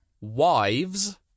Wives